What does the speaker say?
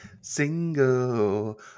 single